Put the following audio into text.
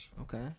Okay